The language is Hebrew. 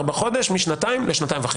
משנתיים לשנתיים וחצי".